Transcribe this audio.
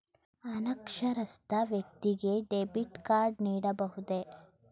ಅನಕ್ಷರಸ್ಥ ವ್ಯಕ್ತಿಗೆ debit card ನೀಡಬಹುದೇ?